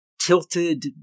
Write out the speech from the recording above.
tilted